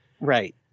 Right